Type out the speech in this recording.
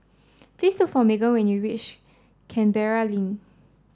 please look for when you wish Canberra Link